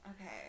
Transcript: Okay